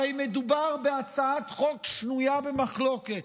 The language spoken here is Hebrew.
הרי מדובר בהצעת חוק שנויה במחלוקת,